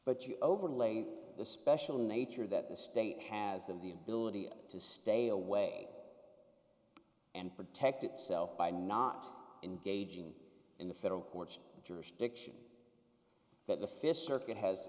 but you overlay the special nature that the state has that the ability to stay away and protect itself by not engaging in the federal courts jurisdiction that the fish circuit has